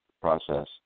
process